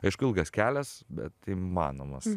aišku ilgas kelias bet įmanomas